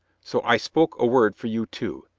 so i spoke a word for you, too.